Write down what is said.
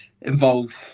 involved